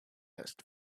asked